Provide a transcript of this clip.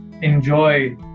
enjoy